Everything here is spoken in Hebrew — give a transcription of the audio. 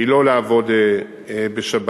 היא לא לעבוד בשבת.